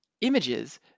images